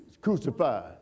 crucified